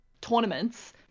tournaments